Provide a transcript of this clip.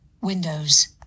Windows